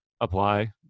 apply